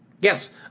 Yes